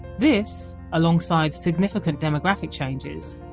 this, alongside significant demographic changes,